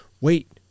wait